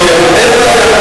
אה.